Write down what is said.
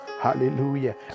hallelujah